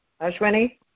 Ashwini